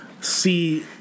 See